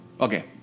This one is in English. Okay